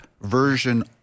version